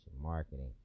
marketing